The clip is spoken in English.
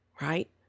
right